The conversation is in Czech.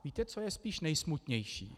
Víte, co je spíše nejsmutnější?